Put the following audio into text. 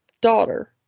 daughter